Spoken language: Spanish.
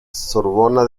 sorbona